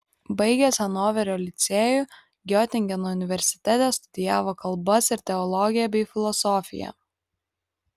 baigęs hanoverio licėjų giotingeno universitete studijavo kalbas ir teologiją bei filosofiją